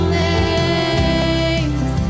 names